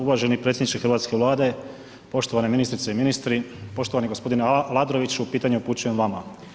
Uvaženi predsjedniče Hrvatske vlade, poštovane ministrice i ministri, poštovani gospodine Aladroviću pitanje upućujem vama.